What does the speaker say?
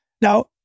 Now